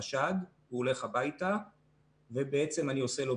אני פותח את הדיון.